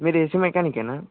మీరు ఏసీ మెకానికేనా